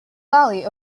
valley